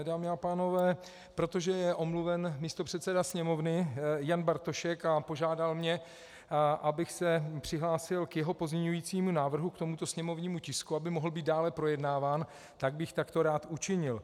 Dámy a pánové, protože je omluven místopředseda Sněmovny Jan Bartošek a požádal mě, abych se přihlásil k jeho pozměňovacímu návrhu k tomuto sněmovnímu tisku, aby mohl být dále projednáván, tak bych takto rád učinil.